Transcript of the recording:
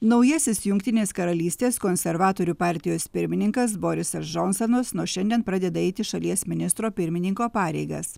naujasis jungtinės karalystės konservatorių partijos pirmininkas borisas džonsonas nuo šiandien pradeda eiti šalies ministro pirmininko pareigas